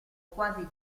quasi